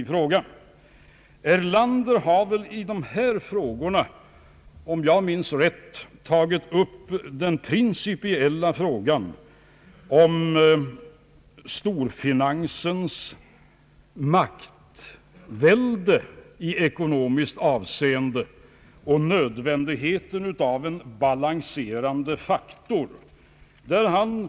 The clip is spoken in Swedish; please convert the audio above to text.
Herr Erlander har väl, om jag minns rätt, tagit upp den principiella frågan om storfinansens maktställning i ekonomiskt avseende och nödvändigheten av en balanserande faktor.